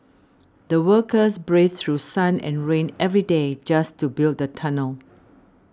the workers braved through sun and rain every day just to build the tunnel